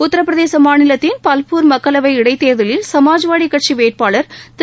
உத்தரப்பிரதேச மாநிலத்தின் பல்பூர் மக்களவை இடைத்தேர்தலில் சமாஜ்வாடி கட்சி வேட்பாளர் திரு